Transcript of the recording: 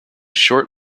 short